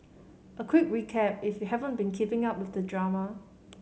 a quick recap if you haven't been keeping up with the drama